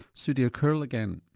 sudhir kurl again.